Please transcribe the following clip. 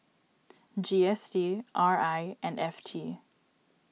G S T R I and F T